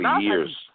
Years